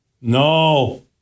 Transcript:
No